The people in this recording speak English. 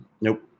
Nope